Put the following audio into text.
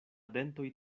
dentoj